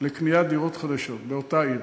לקניית דירות חדשות באותה עיר.